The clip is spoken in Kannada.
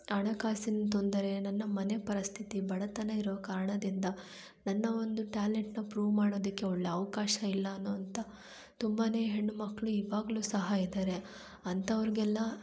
ಹಣಕಾಸಿನ ತೊಂದರೆ ನನ್ನ ಮನೆ ಪರಿಸ್ಥಿತಿ ಬಡತನ ಇರೋ ಕಾರಣದಿಂದ ನನ್ನ ಒಂದು ಟ್ಯಾಲೆಂಟ್ನ ಪ್ರೂವ್ ಮಾಡೋದಕ್ಕೆ ಒಳ್ಳೆ ಅವಕಾಶ ಇಲ್ಲ ಅನ್ನುವಂಥ ತುಂಬನೇ ಹೆಣ್ಣು ಮಕ್ಕಳು ಇವಾಗಲೂ ಸಹ ಇದ್ದಾರೆ ಅಂಥವ್ರಿಗೆಲ್ಲ